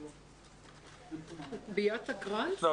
רם,